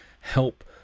help